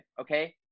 Okay